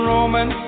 Roman